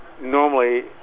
normally